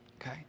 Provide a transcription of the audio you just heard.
Okay